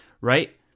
right